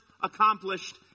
accomplished